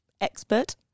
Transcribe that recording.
expert